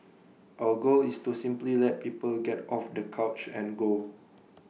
our goal is to simply let people get off the couch and go